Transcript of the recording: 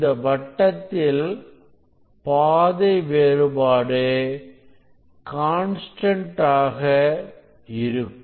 இந்த வட்டத்தில் பாதை வேறுபாடு கான்ஸ்டன்ட் ஆக இருக்கும்